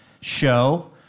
show